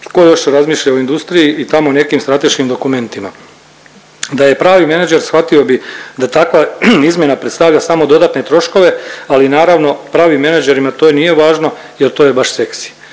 Tko još razmišlja o industriji i tamo nekim strateškim dokumentima? Da je pravi menadžer shvatio bi da takva izmjena predstavlja samo dodatne troškove, ali naravno pravim menadžerima to nije važno jer to je baš seksi.